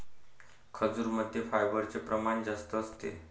खजूरमध्ये फायबरचे प्रमाण जास्त असते